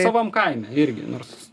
savam kaime irgi nors